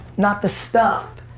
not the stuff.